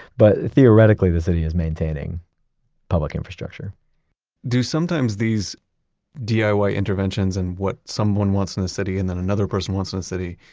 but theoretically, the city is maintaining public infrastructure do sometimes these diy ah interventions and what someone wants in the city and then another person wants in the city,